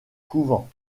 couvent